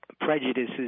prejudices